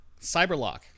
Cyberlock